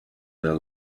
their